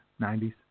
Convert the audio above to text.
90s